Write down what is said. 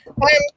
Hi